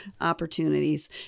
opportunities